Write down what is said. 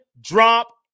drop